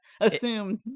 assume